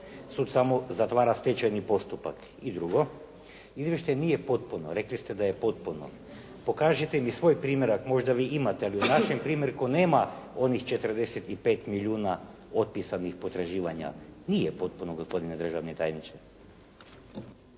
Sud samo zatvara stečajni postupak. I drugo, izvještaj nije potpuno. Rekli ste da je potpuno. Pokažite mi svoj primjerak, možda vi imate ali u našem primjerku nema onih 45 milijuna otpisanih potraživanja. Nije potpuno gospodine državni tajniče.